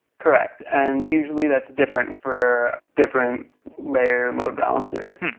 correct, and usually that's different for different layer load balancers.